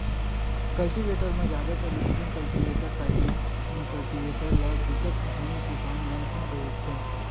cultivator म जादातर spring cultivator, tine cultivator ल बिकट झन किसान मन ह बउरथे